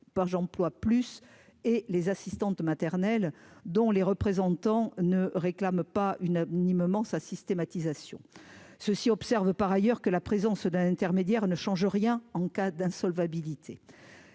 par j'emploie plus et les assistantes maternelles, dont les représentants ne réclame pas une ni moment sa systématisation ceux-ci observe par ailleurs que la présence d'un intermédiaire ne change rien en cas d'insolvabilité